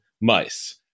mice